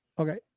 Okay